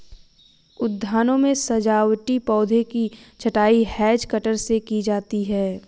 उद्यानों में सजावटी पौधों की छँटाई हैज कटर से की जाती है